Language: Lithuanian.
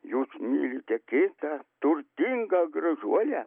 jūs mylite kitą turtingą gražuolę